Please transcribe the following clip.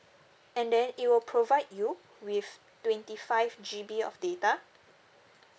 and then it will provide you with twenty five G_B of data